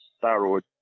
thyroid